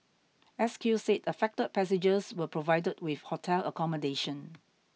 S Q said affected passengers were provided with hotel accommodation